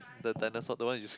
the dinosaur the one you sh~